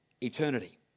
eternity